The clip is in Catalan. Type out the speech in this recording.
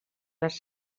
les